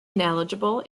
ineligible